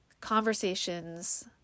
Conversations